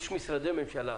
יש משרדי ממשלה.